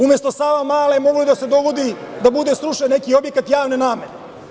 Umesto Savamale moglo je da se dogodi da bude srušen neki objekat javne namene.